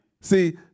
See